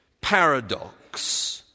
paradox